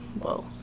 Whoa